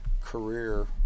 career